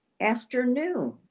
afternoon